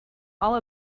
all